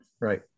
Right